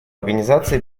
организация